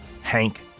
Hank